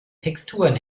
texturen